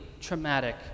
traumatic